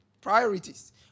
Priorities